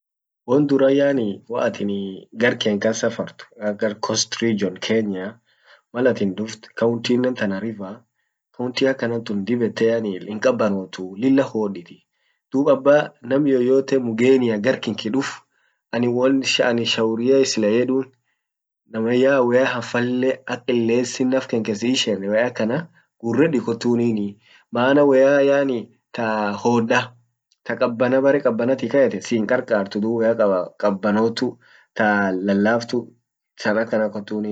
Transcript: Won dura yani woatinii gar ken kan safart gar coast region kenyaa. malatin duft countinen tana river. county akanan tun dib yede yani hinqabanotuu lilla hoditii. dub aba nam yeyote mgenia gar kinki duuf anin won shaurie sila yedun. namayya waya hafalle ak qilesin naf kanke siisheen. waya akana gureddi kotunini. mana waya yani ta hoda ta qabana bere qabanatin kayetan sin qarqartuu. dub waya qabanotu ta lalaftu ta akana kotuni.